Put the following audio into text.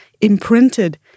imprinted